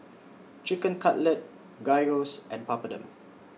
Chicken Cutlet Gyros and Papadum